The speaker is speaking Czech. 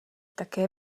také